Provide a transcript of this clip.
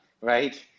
right